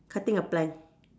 cutting a plant